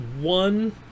one